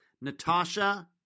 Natasha